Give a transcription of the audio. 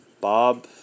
Bob